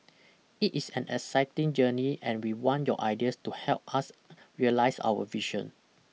it is an exciting journey and we want your ideas to help us realise our vision